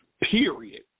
period